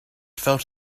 felt